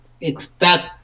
expect